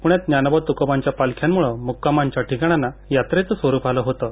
पुण्यात ज्ञानोबा तुकोबांच्या पालख्यांमुळं मुक्कामांच्या ठिकाणांना यात्रेचं स्वरूप आलं होतं